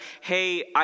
hey